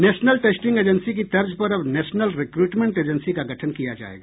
national Testing Agency की तर्ज पर अब नेशनल रिक्रूटमेंट एजेंसी का गठन किया जायेगा